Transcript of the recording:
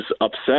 upset